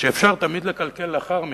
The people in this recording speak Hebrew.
שאפשר תמיד לקלקל לאחר מכן,